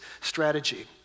strategy